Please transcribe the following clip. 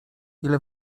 ile